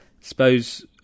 suppose